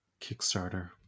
Kickstarter